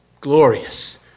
glorious